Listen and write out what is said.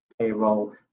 payroll